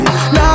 Now